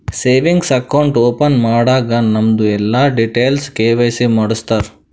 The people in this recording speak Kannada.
ಸೇವಿಂಗ್ಸ್ ಅಕೌಂಟ್ ಓಪನ್ ಮಾಡಾಗ್ ನಮ್ದು ಎಲ್ಲಾ ಡೀಟೇಲ್ಸ್ ಕೆ.ವೈ.ಸಿ ಮಾಡುಸ್ತಾರ್